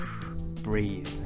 breathe